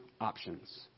options